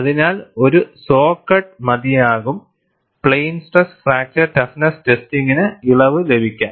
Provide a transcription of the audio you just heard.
അതിനാൽ ഒരു saw cut മതിയാകും പ്ലെയിൻ സ്ട്രെസ് ഫ്രാക്ചർ ടഫ്നെസ്സ് ടെസ്റ്റിംഗിനു ഇളവ് ലഭിക്കാൻ